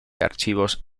archivos